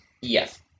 Yes